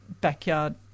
Backyard